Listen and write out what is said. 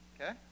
okay